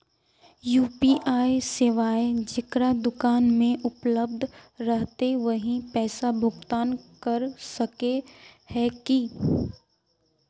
UPI सेवाएं जेकरा दुकान में उपलब्ध रहते वही पैसा भुगतान कर सके है की?